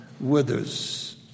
withers